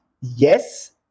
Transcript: yes